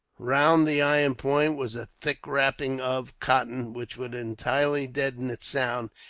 round the iron point was a thick wrapping of cotton, which would entirely deaden its sound,